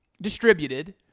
distributed